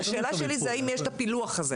השאלה שלי היא: האם יש את הפילוח הזה?